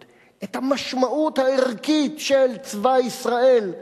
את המשמעות הערכית של צבא ישראל,